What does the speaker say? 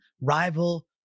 rival